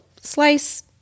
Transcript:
slice